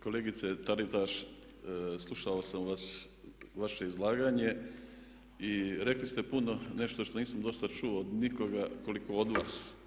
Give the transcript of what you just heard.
Kolegice Taritaš, slušao sam vas, vaše izlaganje i rekli ste puno nešto što nisam do sada čuo od nikoga koliko od vas.